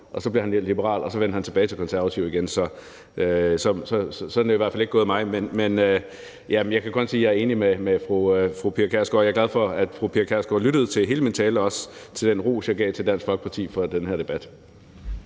og så blev han liberal, og så vendte han tilbage til de konservative igen. Sådan er det i hvert fald ikke gået mig, men jeg kan kun sige, at jeg er enig med fru Pia Kjærsgaard, og jeg er glad for, at fru Pia Kjærsgaard lyttede til hele min tale og også til den ros, jeg gav til Dansk Folkeparti for den her debat.